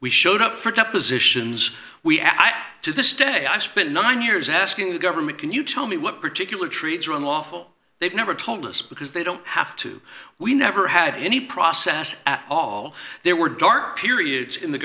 we showed up for depositions we add to this day i spent nine years asking the government can you tell me what particular treats are unlawful they've never told us because they don't have to we never had any process at all there were dark periods in the